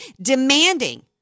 demanding